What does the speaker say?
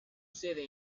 sede